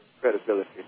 credibility